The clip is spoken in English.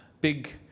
big